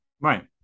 Right